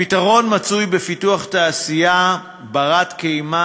הפתרון מצוי בפיתוח תעשייה בת-קיימא